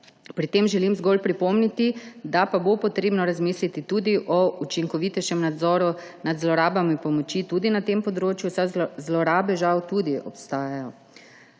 Pri tem želim zgolj pripomniti, da pa bo potrebno razmisliti o učinkovitejšem nadzoru nad zlorabami pomoči tudi na tem področju, saj zlorabe žal tudi obstajajo.